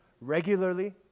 regularly